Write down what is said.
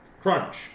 crunch